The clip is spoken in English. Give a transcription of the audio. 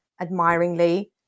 admiringly